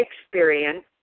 experience